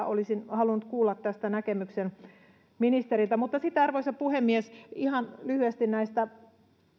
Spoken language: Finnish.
olisin halunnut kuulla tästä näkemyksen ministeriltä sitten arvoisa puhemies ihan lyhyesti näistä